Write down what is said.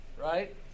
right